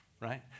right